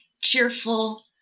cheerful